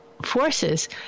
forces